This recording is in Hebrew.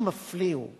מה שמפליא הוא,